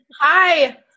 Hi